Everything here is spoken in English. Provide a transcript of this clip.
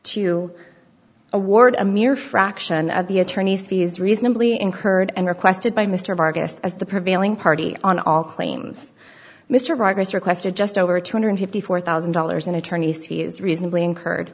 to award a mere fraction of the attorney's fees reasonably incurred and requested by mr vargas as the prevailing party on all claims mr vargas requested just over two hundred and fifty four thousand dollars in attorney's fees reasonably